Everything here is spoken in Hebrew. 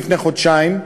לפני חודשיים,